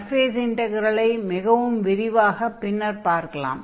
surface இன்டக்ரெலை மிகவும் விரிவாக பின்னர் பார்க்கலாம்